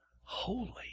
holy